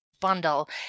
bundle